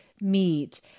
meat